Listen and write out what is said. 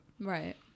Right